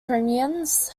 premiums